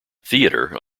theatre